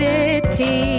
City